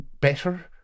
better